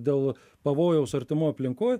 dėl pavojaus artimoj aplinkoj